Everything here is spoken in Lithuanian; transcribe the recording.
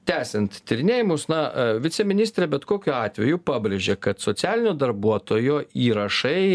tęsiant tyrinėjimus na viceministrė bet kokiu atveju pabrėžia kad socialinio darbuotojo įrašai